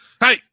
Hey